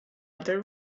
other